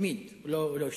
הוא לא השתנה.